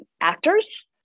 actors